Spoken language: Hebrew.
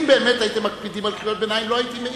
אם באמת הייתם מקפידים על קריאות ביניים לא הייתי מעיר,